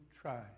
try